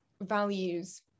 values